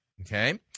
okay